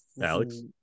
Alex